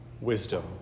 wisdom